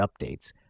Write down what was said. updates